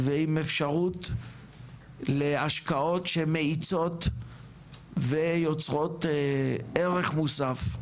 ועם אפשרות להשקעות שמאיצות ויוצרות ערך מוסף,